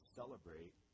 celebrate